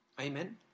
Amen